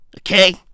okay